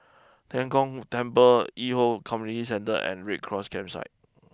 Tian Kong Temple Hwi Yoh Community Centre and Red Cross Campsite